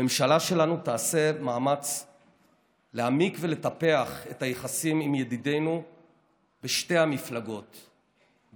הממשלה שלנו תעשה מאמץ להעמיק ולטפח את היחסים עם ידידינו בשתי המפלגות,